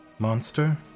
Monster